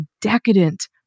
decadent